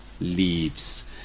leaves